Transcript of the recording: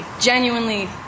Genuinely